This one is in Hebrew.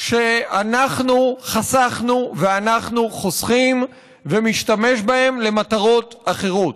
שאנחנו חסכנו ואנחנו חוסכים ומשתמש בהן למטרות אחרות.